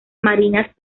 marinas